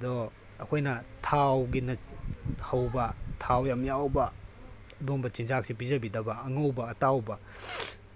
ꯑꯗꯣ ꯑꯩꯈꯣꯏꯅ ꯊꯥꯎꯒꯤꯅ ꯍꯧꯕ ꯊꯥꯎ ꯌꯥꯝ ꯌꯥꯎꯕ ꯑꯗꯨꯝꯕ ꯆꯤꯟꯖꯥꯛꯁꯦ ꯄꯤꯖꯕꯤꯗꯕ ꯑꯉꯧꯕ ꯑꯇꯥꯎꯕ